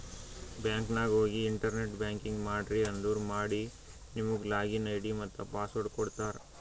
bank ನಾಗ್ ಹೋಗಿ internet banking ಮಾಡ್ರಿ ಅಂದುರ್ ಮಾಡಿ ನಿಮುಗ್ ಲಾಗಿನ್ ಐ.ಡಿ ಮತ್ತ ಪಾಸ್ವರ್ಡ್ ಕೊಡ್ತಾರ್